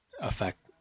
affect